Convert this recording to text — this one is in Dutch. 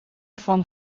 van